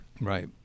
Right